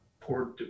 poor